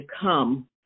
come